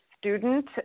student